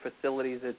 facilities